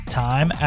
time